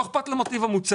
לא אכפת לו מה טיב המוצר,